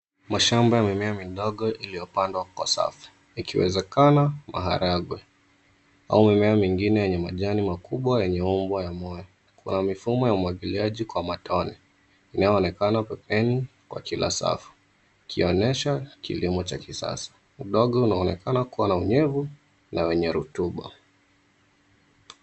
Mashamba ya mimea midogo iliyopandwa kwa safu, ikiwezekana maharagwe au mimea mwingine yenye majani makubwa yenye umbo la moyo. Kuna mfumo wa umwagiliaji wa matone inayoonekana pembeni mwa kila safu, ikionyesha kilimo cha kisasa. Udongo unaonekana kuwa na unyevu na wenye rotuba.